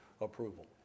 approval